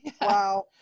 Wow